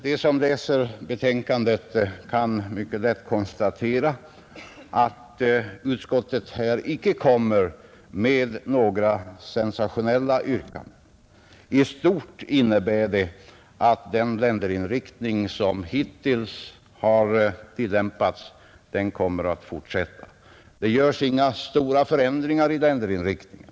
Den som läser betänkandet kan lätt konstatera att utskottet här icke ställer några sensationella yrkanden. I stort sett innebär utskottets ställningstagande att den länderinriktning som hittills har följts skall tillämpas även i fortsättningen. Det föreslås alltså inga stora förändringar i länderinriktningen.